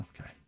Okay